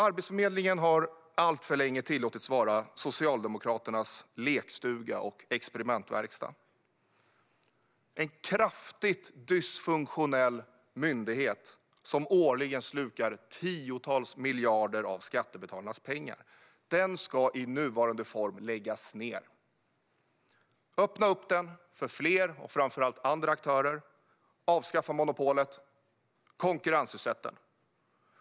Arbetsförmedlingen har alltför länge tillåtits vara Socialdemokraternas lekstuga och experimentverkstad. Det är en kraftigt dysfunktionell myndighet som årligen slukar tiotals miljarder av skattebetalarnas pengar. Den ska i nuvarande form läggas ned. Öppna för fler och framför allt andra aktörer! Avskaffa monopolet! Konkurrensutsätt den!